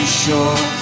sure